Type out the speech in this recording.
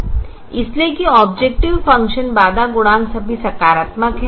इसलिए कि objective function बाधा गुणांक सभी सकारात्मक हैं